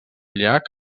llac